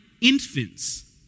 infants